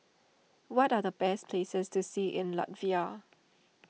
what are the best places to see in Latvia